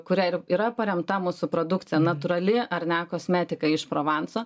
kuria ir yra paremta mūsų produkcija natūrali ar ne kosmetika iš provanso